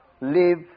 live